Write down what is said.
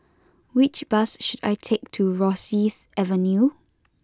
which bus should I take to Rosyth Avenue